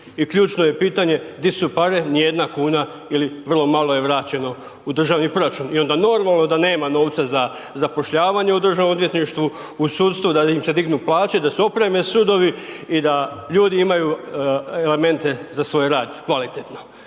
ključno je pitanje di su pare nijedna kuna ili vrlo malo je vraćeno u državni proračun. I onda je normalno da nema novca za zapošljavanje u državnom odvjetništvu u sudstvu, da im se dignu plaće, da se opreme sudovi da ljudi imaju elemente za svoj rad kvalitetno.